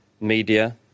Media